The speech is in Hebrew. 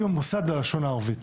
עם המוסד ללשון הערבית.